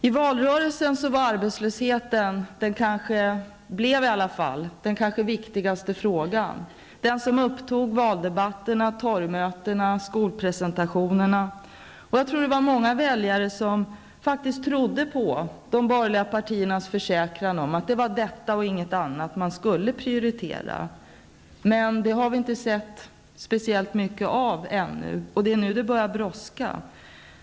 I valrörelsen var eller i varje fall blev arbetslösheten kanske den viktigaste frågan, den som upptog valdebatterna, torgmöten och skolpresentationerna. Jag tror att det var många väljare som faktiskt trodde på de borgerliga partiernas försäkran att det var detta och ingenting annat man skulle prioritera. Men det har vi ännu inte sett speciellt mycket av, och nu börjar det brådska.